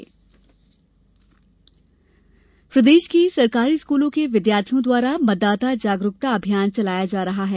मतदान जागरूकता प्रदेश के सरकारी स्कूलों के विद्यार्थियों द्वारा मतदाता जागरूकता अभियान चलाया जा रहा है